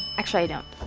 actually, i don't.